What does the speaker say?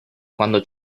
quando